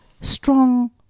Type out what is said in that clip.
strong